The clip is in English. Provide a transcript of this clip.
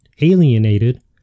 alienated